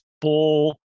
full